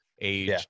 age